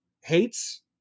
hates